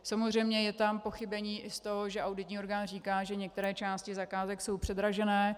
Samozřejmě je tam pochybení i z toho, že auditní orgán říká, že některé části zakázek jsou předražené.